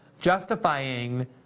justifying